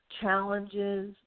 challenges